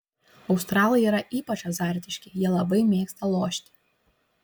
australai yra ypač azartiški jie labai mėgsta lošti